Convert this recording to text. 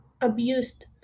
abused